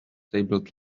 tabled